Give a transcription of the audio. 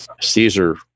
Caesar